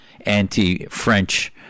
anti-French